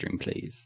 please